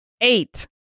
Eight